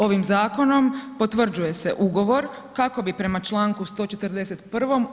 Ovim zakonom potvrđuje se ugovor kako bi prema Članku 141.